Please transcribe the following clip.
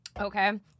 Okay